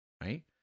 right